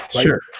Sure